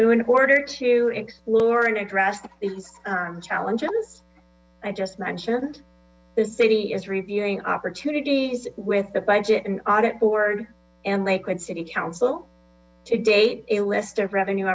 so in order to explore and address these challenges i just mentioned the city is reviewing opportunities with the budget and audit board and lakewood city council to date a list of revenue